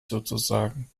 sozusagen